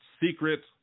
secret